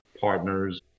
partners